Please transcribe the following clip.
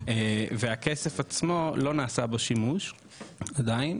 והכסף עצמו, לא נעשה בו שימוש עדיין,